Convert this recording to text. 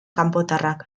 kanpotarrak